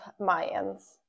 mayans